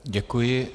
Děkuji.